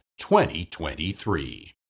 2023